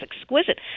exquisite